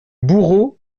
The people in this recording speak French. bourreau